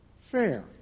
fair